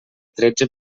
tretze